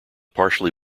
partially